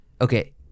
Okay